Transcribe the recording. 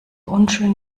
unschön